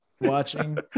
watching